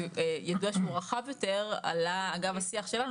יידוע שהוא רחב יותר עלה אגב השיח שלנו,